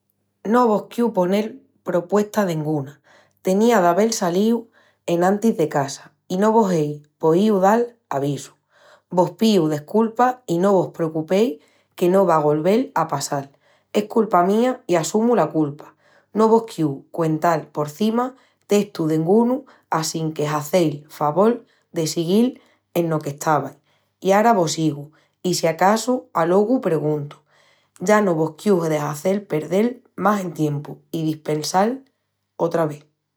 No vos quiu ponel propuesta denguna. Tenía d'avel salíu enantis de casa i no vos ei poíu dal avisu. Vos píu desculpas i no vos precupeis que no va a golvel a passal. Es culpa mía i assumu la culpa, no vos quiu cuental porcima testu dengunu assínque hazei'l favol de siguil eno qu'estavais i ara vos sigu. I si acasu alogu perguntu. Ya no vos quiu de hazel perdel más el tiempu i dispensal otra vés.